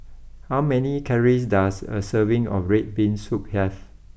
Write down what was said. how many calories does a serving of Red Bean Soup have